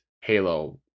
Halo